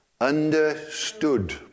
Understood